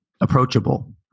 approachable